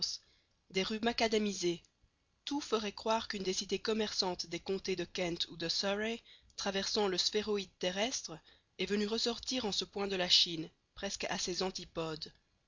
des rues macadamisées tout ferait croire qu'une des cités commerçantes des comtés de kent ou de surrey traversant le sphéroïde terrestre est venue ressortir en ce point de la chine presque à ses antipodes